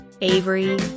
Avery